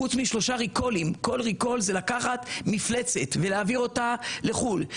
חוץ משלושה Recalls כל Recall זה לקחת מפלצת ולהעביר אותה לחו"ל,